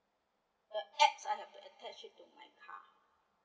the apps I have to attached it to my car